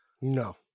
No